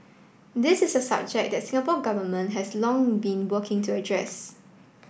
this is a subject the Singapore Government has long been working to address